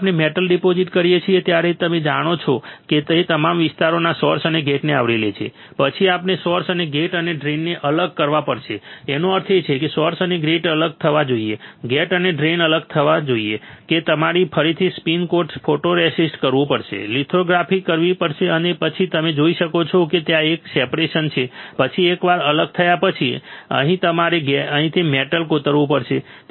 જ્યારે આપણે metal deposit કરીએ છીએ ત્યારે તમે જોઈ શકો છો કે તે તમામ વિસ્તારના સોર્સ અને ગેટને આવરી લે છે પછી આપણે સોર્સ અને ગેટ અને ડ્રેઇનને અલગ કરવા પડશે તેનો અર્થ એ કે સોર્સ અને ગેટ અલગ થવો જોઈએ ગેટ અને ડ્રેઇન અલગ થવું જોઈએ કે તમારે ફરીથી સ્પિન કોટ ફોટોરેસિસ્ટ કરવું પડશે લિથોગ્રાફી કરવી પડશે અને પછી તમે જોઈ શકો છો કે ત્યાં એક સેપરેશન છે પછી એકવાર અલગ થયા પછી તમારે અહીંથી મેટલ કોતરવું પડશે